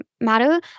matter